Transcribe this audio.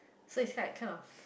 so is like kinds of